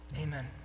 Amen